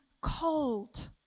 cold